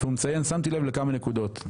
והוא מציין: שמתי לב לכמה נקודות.